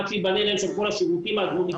עד שייבנו להם שם כל השירותים המוניציפאליים,